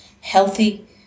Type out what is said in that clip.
healthy